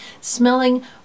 smelling